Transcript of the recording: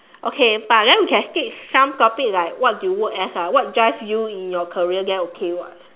okay but then we then can skip some topic like what do you work as ah what drive you in your career then okay [what]